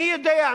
מי יודע?